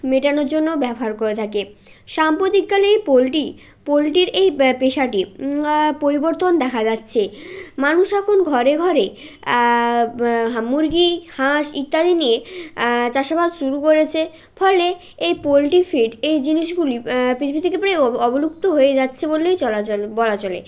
মেটানোর জন্য ব্যবহার করে থাকে সাম্প্রতিককালে এই পোলট্রি পোলট্রির এই পেশাটির পরিবর্তন দেখা যাচ্ছে মানুষ এখন ঘরে ঘরে মুরগি হাঁস ইত্যাদি নিয়ে চাষাবাদ শুরু করেছে ফলে এই পোলট্রি ফিড এই জিনিসগুলি পৃথিবী থেকে প্রায় অবলুপ্ত হয়ে যাচ্ছে বললেই চলা চলে বলা চলে